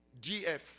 GF